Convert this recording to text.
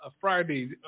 Friday